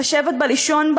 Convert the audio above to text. מבאר-שבע ומחיפה, מירושלים,